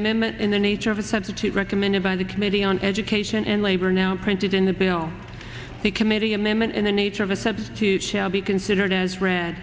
amendment in the nature of a substitute recommended by the committee on education and labor now printed in the bill the committee amendment in the nature of a said to shall be considered as read